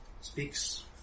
speaks